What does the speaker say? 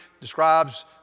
describes